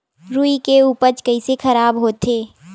रुई के उपज कइसे खराब होथे?